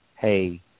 hey